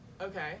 okay